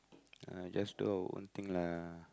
ah just do our own thing lah